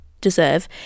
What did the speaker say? deserve